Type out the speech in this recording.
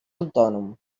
autònom